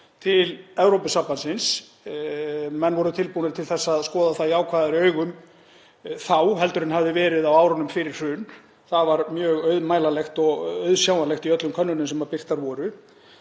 til Evrópusambandsins. Menn voru tilbúnir til að skoða það jákvæðari augum þá heldur en hafði verið á árunum fyrir hrun. Það var mjög auðmælanlegt og auðsjáanlegt í öllum könnunum sem birtar voru.